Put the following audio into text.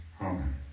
Amen